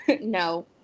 No